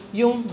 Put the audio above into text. yung